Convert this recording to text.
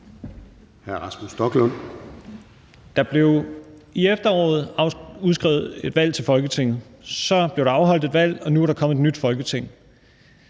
Der blev i efteråret udskrevet valg til Folketinget. Så blev valget afholdt, og nu er der kommet et nyt Folketing.